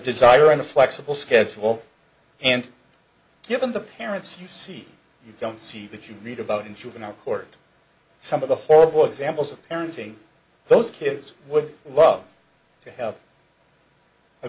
desire and a flexible schedule and given the parents you see you don't see that you read about in juvenile court some of the horrible examples of parenting those kids would love to have a